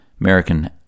American